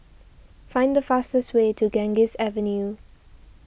find the fastest way to Ganges Avenue